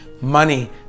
Money